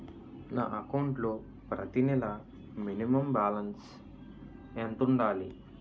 నా అకౌంట్ లో ప్రతి నెల మినిమం బాలన్స్ ఎంత ఉండాలి?